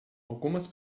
algumas